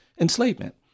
enslavement